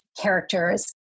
characters